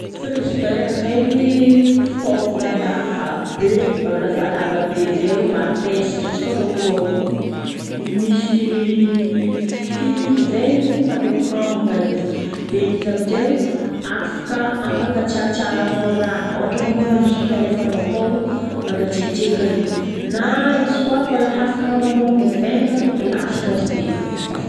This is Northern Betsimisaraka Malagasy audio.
Frigidaire zegny fitaovagnan-draha be, lavalava be zay io, mavesatra tsy tondran'olo aroa. I misy fil zay izy. Mandeha courant boka izy. Dia izy amizay io afaka ampangatsiahatsiahanao raha. Ôhatra anao mo jus no alefanao akao, mangatsiatsiaka izy. Na izy koa mbola hafaka agnanovanao mivaingana atao gilasilasy ty